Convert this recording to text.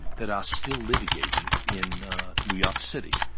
that are still litigating in new york city.